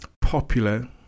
popular